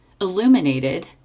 illuminated